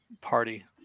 party